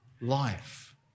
life